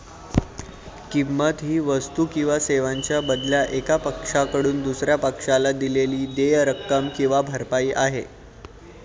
किंमत ही वस्तू किंवा सेवांच्या बदल्यात एका पक्षाकडून दुसर्या पक्षाला दिलेली देय रक्कम किंवा भरपाई आहे